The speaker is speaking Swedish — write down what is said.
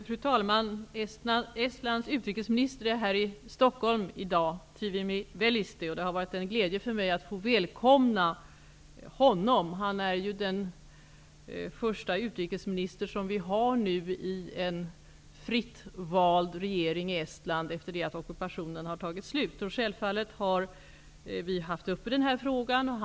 Fru talman! Estlands utrikesminister, Trivimi Vellisti, är här i Stockholm i dag. Det har varit en glädje för mig att få välkomna honom. Han är den förste utrikesministern i en fritt vald regering i Estland efter det att ockupationen tagit slut. Vi har sälvfallet haft denna fråga uppe.